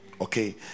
Okay